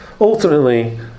ultimately